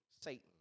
Satan